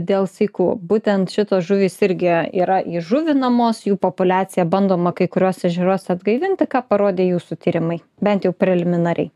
dėl sykų būtent šitos žuvys irgi yra įžuvinamos jų populiaciją bandoma kai kuriuose ežeruose atgaivinti ką parodė jūsų tyrimai bent jau preliminariai